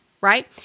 right